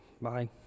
Bye